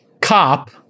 Cop